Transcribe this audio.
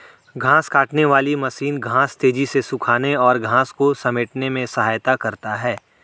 घांस काटने वाली मशीन घांस तेज़ी से सूखाने और घांस को समेटने में सहायता करता है